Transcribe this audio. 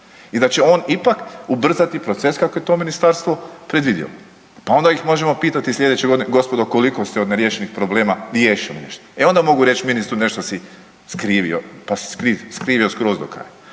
i da će on ipak ubrzati proces kako je to ministarstvo predvidjelo, pa onda ih možemo pitati slijedeće godine gospodo koliko ste od neriješenih problema riješili nešto. E ona mogu reći ministru nešto si skrivio, pa si skrivio skroz do kraja.